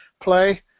Play